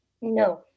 No